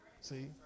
See